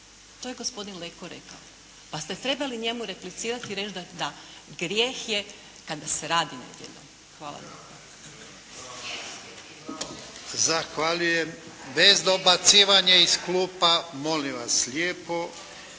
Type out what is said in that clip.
To je gospodin Leko rekao pa ste trebali njemu replicirati i reći da grijeh je kada se radi nedjeljom. Hvala.